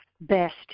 best